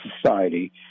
society